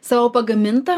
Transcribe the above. savo pagamintą